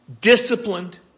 disciplined